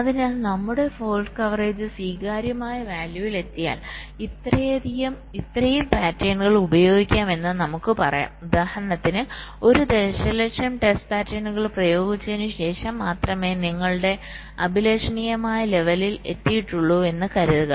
അതിനാൽ നമ്മുടെ fault coverage സ്വീകാര്യമായ വാല്യൂവിൽ എത്തിയാൽ ഇത്രയും പാറ്റേണുകൾ ഉപയോഗിക്കാം എന്ന് നമുക്ക് പറയാം ഉദാഹരണത്തിന് 1 ദശലക്ഷം ടെസ്റ്റ് പാറ്റേണുകൾ പ്രയോഗിച്ചതിന് ശേഷം മാത്രമേ നിങ്ങളുടെ അഭിലഷണീയമായ ലെവലിൽ എത്തിയിട്ടുള്ളൂ എന്ന് കരുതുക